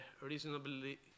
reasonably